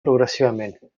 progressivament